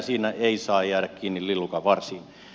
siinä ei saa jäädä kiinni lillukanvarsiin